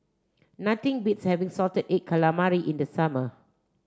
nothing beats having salted egg calamari in the summer